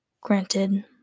Granted